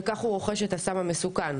וכך הוא רוכש את הסם המסוכן.